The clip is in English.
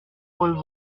world